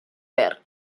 ver